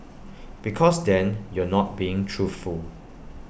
because then you're not being truthful